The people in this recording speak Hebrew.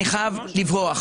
אני חייב לברוח.